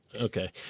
okay